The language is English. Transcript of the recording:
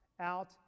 out